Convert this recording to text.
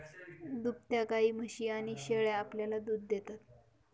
दुभत्या गायी, म्हशी आणि शेळ्या आपल्याला दूध देतात